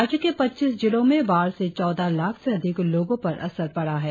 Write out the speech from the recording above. राज्य के पच्चीस जिलों में बाढ़ से चौदह लाख से अधिक लोगों पर असर पड़ा है